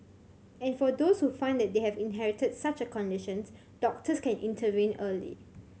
and for those who find that they have inherited such a conditions doctors can intervene early